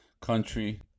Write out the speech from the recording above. country